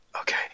Okay